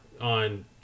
on